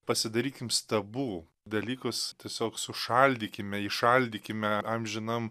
pasidarykim stabų dalykus tiesiog sušaldykime jį šaldykime amžinam